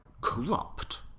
corrupt